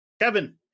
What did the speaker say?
Kevin